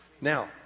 now